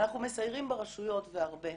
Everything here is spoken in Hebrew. אנחנו מסיירים ברשויות, והרבה.